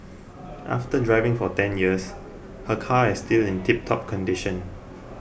after driving for ten years her car is still in tiptop condition